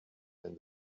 and